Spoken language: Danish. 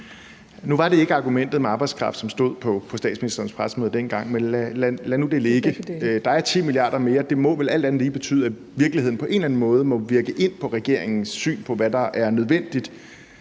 Nu var det ikke argumentet om arbejdskraft, som blev nævnt på statsministerens pressemøde dengang, men lad det nu ligge. Der er 10 mia. kr. mere, og det må vel alt andet lige betyde, at virkeligheden på en eller anden må virke ind på regeringens syn på, hvad der er nødvendigt